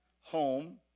home